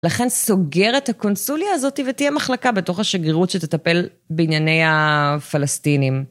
לכן סוגר את הקונסוליה הזאת ותהיה מחלקה בתוך השגרירות שתטפל בענייני הפלסטינים.